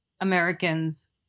Americans